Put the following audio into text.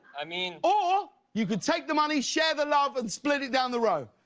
i mean or you could take the money, share the love and split it down the row,